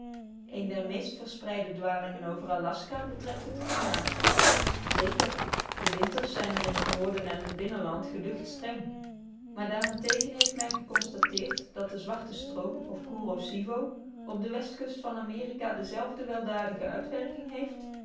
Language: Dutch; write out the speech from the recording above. eene der meest verspreide dwalingen over aljaska betreft het klimaat zeker de winters zijn er in het noorden en in het binnenland geducht streng maar daarentegen heeft men geconstateerd dat de zwarte stroom of koero sivo op de westkust van amerika dezelfde weldadige uitwerking heeft